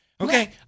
Okay